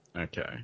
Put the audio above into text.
Okay